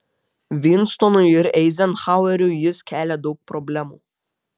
vinstonui ir eizenhaueriui jis kelia daug problemų